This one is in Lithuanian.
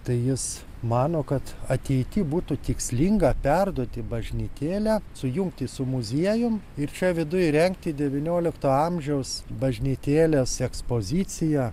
tai jis mano kad ateity būtų tikslinga perduoti bažnytėlę sujungti su muziejum ir čia viduj įrengti devyniolikto amžiaus bažnytėlės ekspoziciją